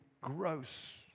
gross